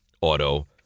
Auto